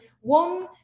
One